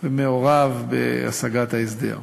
ומעורב בהשגת ההסדר.